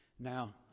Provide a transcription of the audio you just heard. Now